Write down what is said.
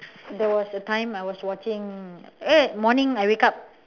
there was a time I was watching eh morning I wake up